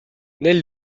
nel